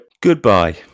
Goodbye